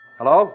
Hello